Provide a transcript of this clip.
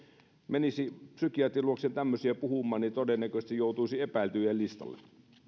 menisi psykiatrin luokse tämmöisiä puhumaan niin todennäköisesti joutuisi epäiltyjen listalle